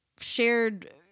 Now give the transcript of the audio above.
shared